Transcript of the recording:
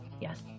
yes